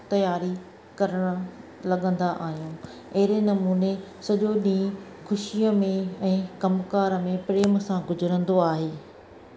तयारी करणु लॻंदा आहियूं अहिड़े नमूने सॼो ॾींहुं ख़ुशीअ में ऐं कमकार में प्रेम सां गुज़रंदो आहे